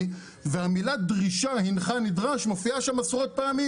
והמילה "הנך נדרש" מופיעה שם עשרות פעמים.